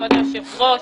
כבוד היושב-ראש,